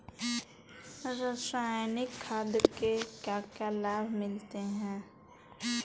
रसायनिक खाद के क्या क्या लाभ मिलते हैं?